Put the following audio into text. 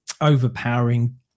overpowering